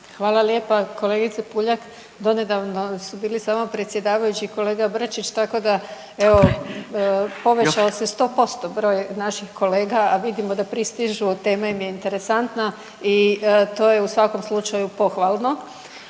Hvala lijepa. Kolegice Puljak, donedavno su bili samo predsjedavajući i kolega Brčić, tako da, evo povećao se 100% broj naših kolega, a vidimo da pristižu, tema im je interesantna i to je u svakom slučaju pohvalno.